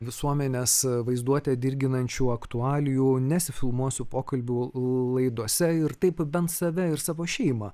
visuomenės vaizduotę dirginančių aktualijų nesifilmuosiu pokalbių laidose ir taip bent save ir savo šeimą